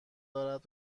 دارد